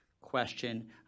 question